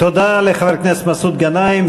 תודה לחבר הכנסת מסעוד גנאים.